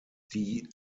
die